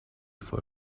for